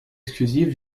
exclusive